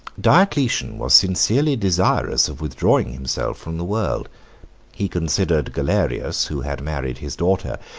diocletian, was sincerely desirous of withdrawing himself from the world he considered galerius, who had married his daughter,